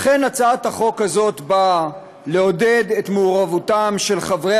לכן הצעת החוק הזאת באה לעודד את מעורבותם של חברי